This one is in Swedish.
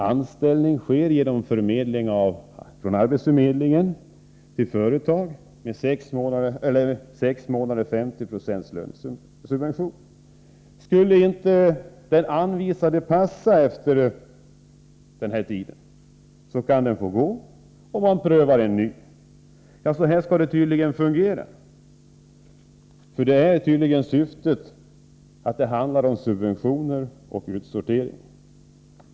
Anställning sker genom förmedling från arbetsförmedlingen till företag med 50 96 lönesubvention under sex månader. Skulle inte den anvisade passa efter den här tiden kan han eller hon få gå, och man prövar en ny. Så här skall det tydligen fungera. Det handlar om subventioner och utsortering.